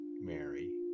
Mary